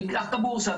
אני אקח את הבורסה.